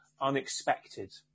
unexpected